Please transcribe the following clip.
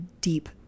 deep